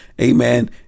amen